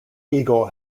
eagle